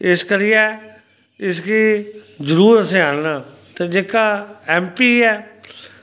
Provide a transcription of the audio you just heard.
इस करियै इसगी जरूर असैं आह्नना के जेह्का ऐम पी ऐ